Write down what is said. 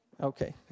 Okay